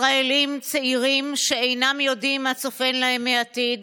ישראלים צעירים שאינם יודעים מה צופן להם העתיד,